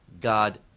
God